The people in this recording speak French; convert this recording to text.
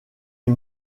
est